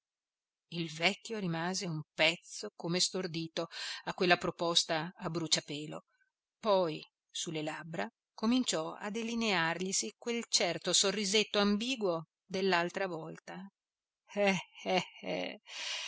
il vecchio rimase un pezzo come stordito a quella proposta a bruciapelo poi sulle labbra cominciò a delinearglisi quel certo sorrisetto ambiguo dell'altra volta eh eh